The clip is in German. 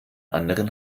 anderen